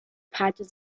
patches